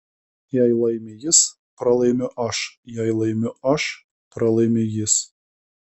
jei laimi jis pralaimiu aš jei laimiu aš pralaimi jis